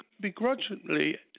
begrudgingly